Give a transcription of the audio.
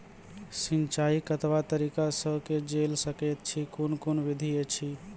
सिंचाई कतवा तरीका सअ के जेल सकैत छी, कून कून विधि ऐछि?